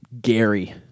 Gary